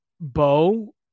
Bo